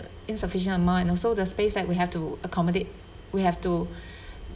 insufficient amount and also the space that we have to accommodate we have to